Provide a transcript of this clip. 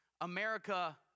America